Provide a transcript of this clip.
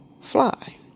fly